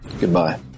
goodbye